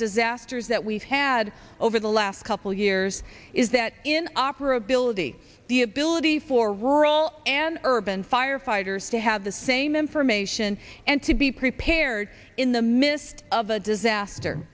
disasters that we've had over the last couple years is that in operability the ability for rural and urban firefighters to have the same information and to be prepared in the midst of a disaster